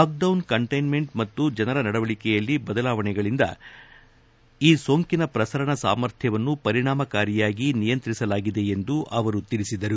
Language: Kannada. ಲಾಕ್ಡೌನ್ ಕಂಟ್ಲೆನ್ಮೆಂಟ್ ಮತ್ತು ಜನರ ನಡವಳಕೆಯಲ್ಲಿ ಬದಲಾವಣೆಗಳಿಂದ ಈ ಸೋಂಕಿನ ಪ್ರಸರಣ ಸಾಮರ್ಥ್ಲವನ್ನು ಪರಿಣಾಮಕಾರಿಯಾಗಿ ನಿಯಂತ್ರಿಸಲಾಗಿದೆ ಎಂದು ಅವರು ಹೇಳಿದರು